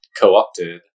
co-opted